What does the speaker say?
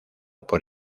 por